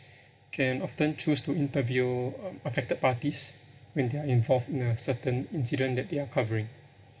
can often choose to interview uh affected parties when they are involved in a certain incident that they are covering